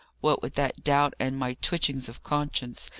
what with that doubt and my twitchings of conscience,